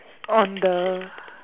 on the